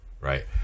Right